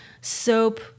soap